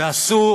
אסור,